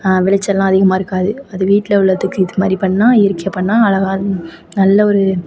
விளைச்சல்லாம் அதிகமாக இருக்காது அது வீட்டில் உள்ளத்துக்கு இது மாதிரி இது பண்ணிணா இயற்கையாக பண்ணிணா அழகாக நல்ல ஒரு